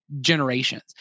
generations